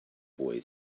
boy